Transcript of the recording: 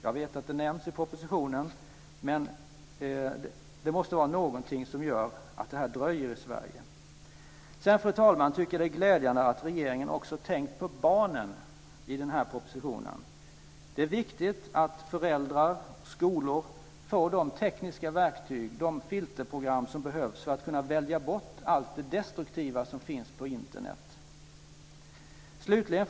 Jag vet att det nämns i propositionen, men det måste vara någonting som gör att detta dröjer i Sverige. Fru talman! Det är glädjande att regeringen i denna proposition har tänkt på barnen! Det är viktigt att föräldrar och skolor får de tekniska verktyg och filterprogram som behövs för att välja bort allt det destruktiva som finns på Internet. Fru talman!